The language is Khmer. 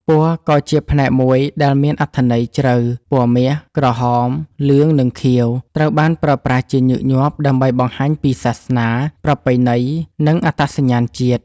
ពណ៌ក៏ជាផ្នែកមួយដែលមានអត្ថន័យជ្រៅ ពណ៌មាស ក្រហម លឿង និងខៀវ ត្រូវបានប្រើប្រាស់ជាញឹកញាប់ ដើម្បីបង្ហាញពីសាសនា ប្រពៃណី និងអត្តសញ្ញាណជាតិ។